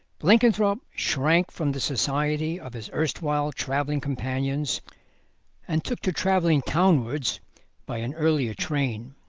blenkinthrope shrank from the society of his erstwhile travelling companions and took to travelling townwards by an earlier train.